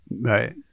right